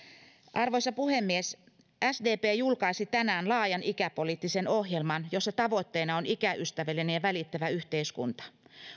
arvoisa puhemies sdp julkaisi tänään laajan ikäpoliittisen ohjelman jossa tavoitteena on ikäystävällinen ja välittävä yhteiskunta